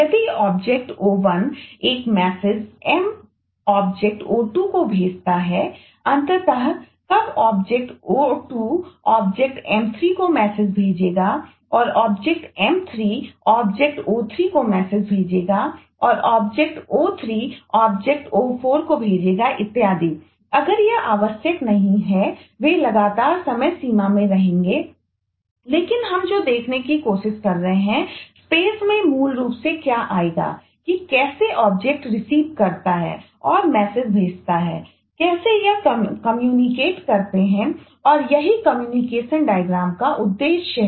यदि ऑब्जेक्ट का उद्देश्य है